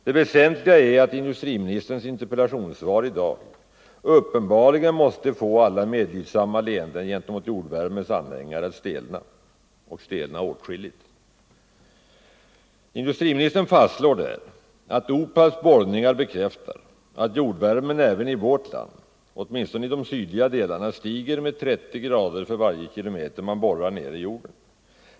Det väsentliga är att industriministerns interpellationssvar i dag uppenbarligen måste få alla medlidsamma leenden gentemot anhängarna av jordvärmen som energikälla att stelna, och stelna åtskilligt. Industriministern fastslår att OPAB:s borrningar bekräftar att jordvärmen även i vårt land, åtminstone i de sydliga delarna stiger med 30 grader för varje kilometer man borrar ned i jorden.